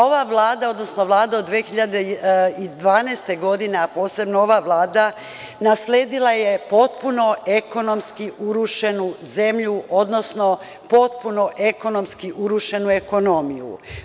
Ova Vlada, odnosno Vlada od 2012. godine, a posebno ova je nasledila potpuno ekonomski urušenu zemlju, odnosno potpuno urušenu ekonomiju.